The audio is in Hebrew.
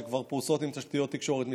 שכבר פרוסות בהן תשתיות תקשורת מתקדמות,